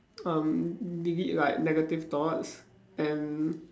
um delete like negative thoughts and